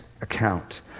account